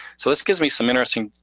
so this gives me some interesting,